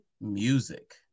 music